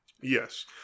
Yes